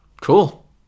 Cool